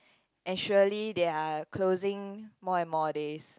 and surely they are closing more and more days